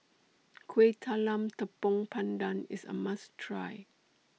Kueh Talam Tepong Pandan IS A must Try